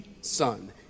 son